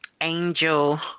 angel